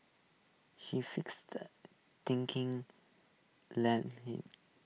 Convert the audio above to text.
she thinking led him